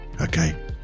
Okay